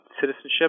citizenship